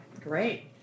great